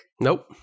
Nope